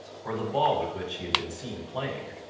or the ball with which he had been seen playing.